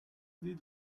did